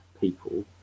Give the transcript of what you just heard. people